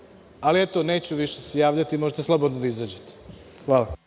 Ali, eto neću se više javljati, možete slobodno da izađete. Hvala.